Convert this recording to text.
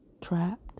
trapped